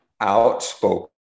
outspoken